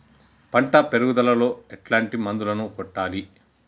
పంట పెరుగుదలలో ఎట్లాంటి మందులను కొట్టాలి?